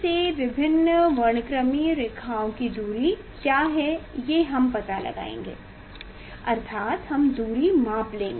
केंद्र से विभिन्न वर्णक्रमीय रेखाओं की दूरी क्या है ये हम पता लगाएंगे अर्थात हम दूरी माप लेंगे